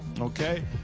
okay